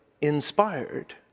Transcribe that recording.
inspired